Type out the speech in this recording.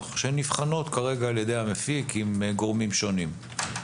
שנבחנות כרגע על ידי המפיק עם גורמים שונים.